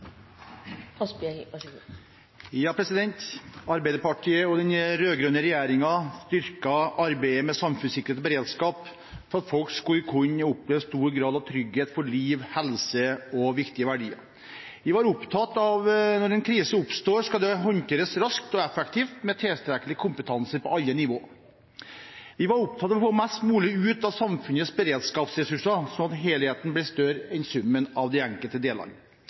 beredskap for at folk skulle kunne oppleve stor grad av trygghet for liv, helse og viktige verdier. Vi var opptatt av at når en krise oppstår, skal den håndteres raskt og effektivt, med tilstrekkelig kompetanse på alle nivå. Vi var opptatt av å få mest mulig ut av samfunnets beredskapsressurser, slik at helheten ble større enn summen av de enkelte delene.